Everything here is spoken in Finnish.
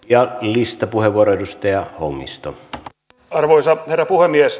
ja niistä puhevuorodysti ja onnistunutta arvoisa herra puhemies